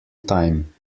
time